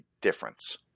difference